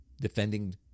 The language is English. Defending